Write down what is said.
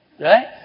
Right